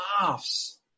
laughs